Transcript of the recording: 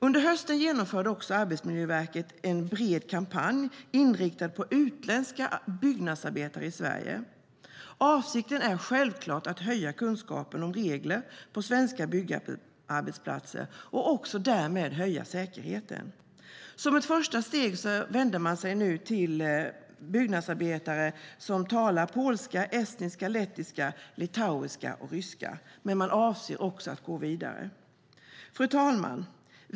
Under hösten genomförde Arbetsmiljöverket en bred kampanj inriktad på utländska byggnadsarbetare i Sverige. Avsikten är självklart att höja kunskapen om regler på svenska byggarbetsplatser och därmed höja säkerheten. Som ett första steg vände man sig till byggnadsarbetare som talar polska, estniska, lettiska, litauiska och ryska, men man avser att gå vidare. Fru talman!